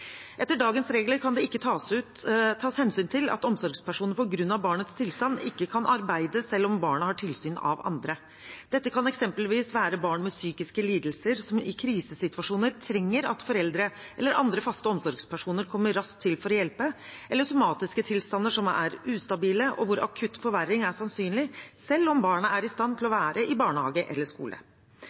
Etter dagens regler kan det ikke tas hensyn til at omsorgspersonen, på grunn av barnets tilstand, ikke kan arbeide selv om barnet har tilsyn av andre. Dette kan eksempelvis være barn med psykiske lidelser, som i krisesituasjoner trenger at foreldre eller andre faste omsorgspersoner kommer raskt til for å hjelpe, eller somatiske tilstander som er ustabile, og hvor akutt forverring er sannsynlig, selv om barnet er i stand til å være i barnehage eller skole.